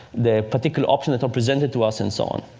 the particular options that are presented to us, and so on.